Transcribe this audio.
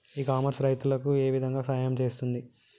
ఇ commerce రైతులకు ఏ విధంగా సహాయం చేస్తుంది?